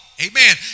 Amen